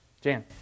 Jan